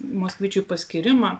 moskvičiui paskyrimą